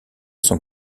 son